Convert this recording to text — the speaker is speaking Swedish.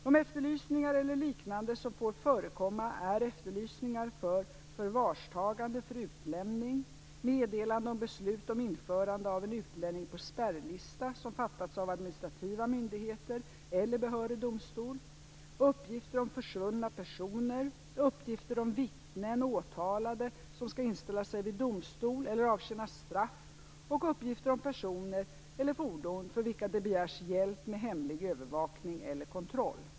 De efterlysningar eller liknande som får förekomma är efterlysning för förvarstagande för utlämning, meddelande om beslut om införande av en utlänning på spärrlista som fattats av administrativa myndigheter eller behörig domstol, uppgifter om försvunna personer, uppgifter om vittnen och åtalade som skall inställa sig vid domstol eller avtjäna straff och uppgifter om personer för vilka det begärs hjälp med hemlig övervakning eller kontroll.